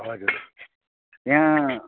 हजुर यहाँ